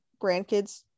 grandkids